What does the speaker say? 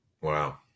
Wow